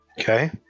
Okay